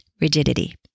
rigidity